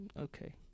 Okay